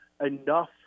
enough